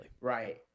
right